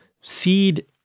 seed